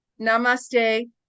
Namaste